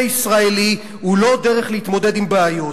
ישראלי הוא לא דרך להתמודד עם בעיות.